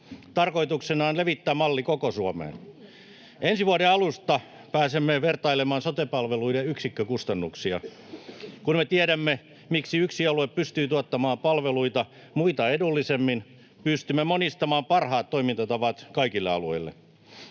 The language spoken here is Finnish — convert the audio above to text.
Tarkoituksena on levittää malli koko Suomeen. Ensi vuoden alusta pääsemme vertailemaan sote-palveluiden yksikkökustannuksia. Kun me tiedämme, miksi yksi alue pystyy tuottamaan palveluita muita edullisemmin, pystymme monistamaan parhaat toimintatavat kaikille alueille.